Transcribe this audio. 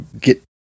get